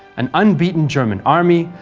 an unbeaten german army,